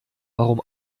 warum